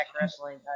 Wrestling